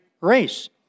race